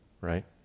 Right